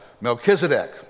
Melchizedek